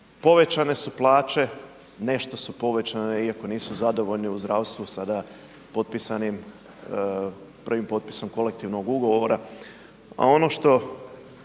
povećane su plaće, nešto su povećane iako nisu zadovoljni u zdravstvu sada potpisanim, prvim potpisom Kolektivnog ugovora. A ono što